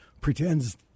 pretends